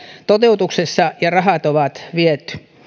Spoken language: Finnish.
toteutuksessa kuin rahat on viety